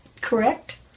correct